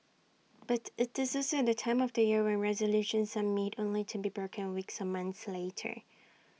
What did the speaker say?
but IT is also the time of year when resolutions are made only to be broken A weeks or months later